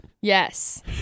Yes